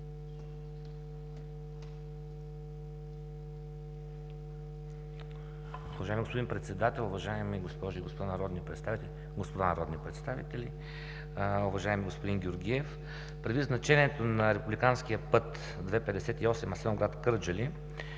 Уважаеми господин Председател, уважаеми госпожи и господа народни представители! Уважаеми господин Георгиев, предвид значението на републиканския път ІІ-58 Асеновград – Кърджали,